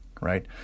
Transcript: right